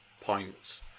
points